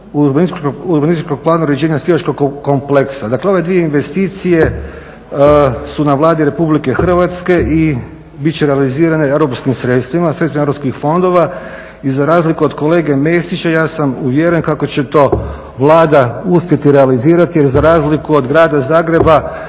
i urbanističkog plana uređenja skijaškog kompleksa. Dakle, ove dvije investicije su na Vladi Republike Hrvatske i bit će realizirane europskim sredstvima, sredstvima europskih fondova. I za razliku od kolege Mesića ja sam uvjeren kako će to Vlada uspjeti realizirati jer za razliku od grada Zagreba